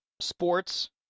sports